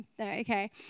Okay